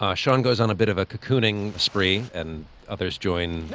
ah shawn goes on a bit of a cocooning spree, and others join,